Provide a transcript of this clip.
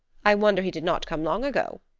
i wonder he did not come long ago.